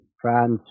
France